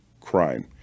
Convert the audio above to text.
crime